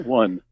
one